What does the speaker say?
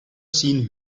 seen